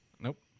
Nope